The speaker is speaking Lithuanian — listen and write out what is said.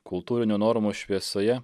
kultūrinių normų šviesoje